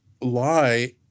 lie